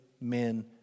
men